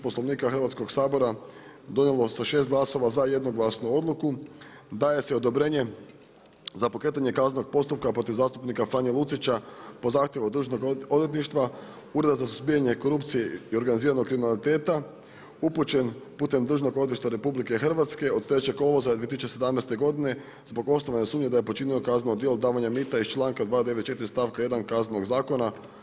Poslovnika Hrvatskog sabora donijelo sa 6 glasova za jednoglasnu odluku, daje se odobrenje za pokretanje kaznenog postupka protiv zastupnika Franje Lucića, po zahtjevu od Državnog odvjetništva, Ureda za suzbijanje korupcije i organiziranog kriminaliteta, upućen putem Državnog odvjetništva RH, od 3.8.2017. zbog osnovane sumnje da je počinio kazano djelo davanje mita iz čl.294 stavka1 Kaznenog zakona.